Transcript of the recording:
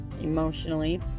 emotionally